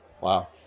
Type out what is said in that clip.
Wow